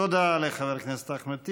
תודה לחבר הכנסת אחמד טיבי.